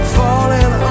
falling